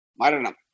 Maranam